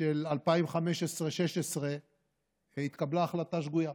של 2016-2015 התקבלה החלטה שגויה.